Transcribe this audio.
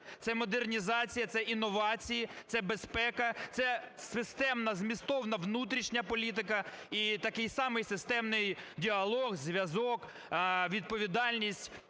це модернізація, це інновації, це безпека, це системна змістовна внутрішня політика і такий самий системний діалог, зв'язок, відповідальність